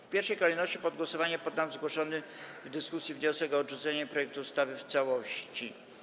W pierwszej kolejności pod głosowanie poddam zgłoszony w dyskusji wniosek o odrzucenie projektu ustawy w całości.